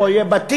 פה יהיו בתים,